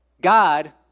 God